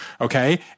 okay